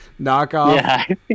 knockoff